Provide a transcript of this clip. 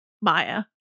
Maya